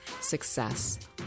success